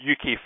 UK